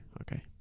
okay